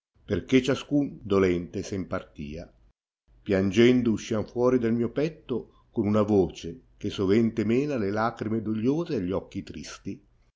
perchè ciasenn dolente sen partia piangendo uscivan fuori del mio petto con ana voce che sovente mena le lagrime dogliose agli occhi tristi